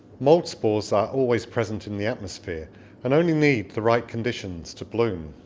mould spores are always present in the atmosphere and only need the right conditions to bloom